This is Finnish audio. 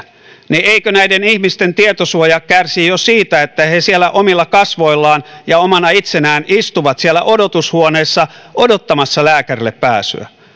niin eikö näiden ihmisten tietosuoja kärsi jo siitä että he omilla kasvoillaan ja omana itsenään istuvat siellä odotushuoneessa odottamassa lääkärille pääsyä